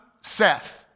Seth